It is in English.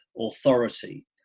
authority